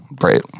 Right